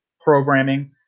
programming